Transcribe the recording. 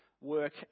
work